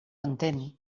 entén